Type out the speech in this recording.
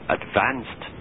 advanced